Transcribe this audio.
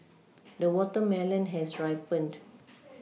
the watermelon has ripened